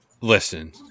Listen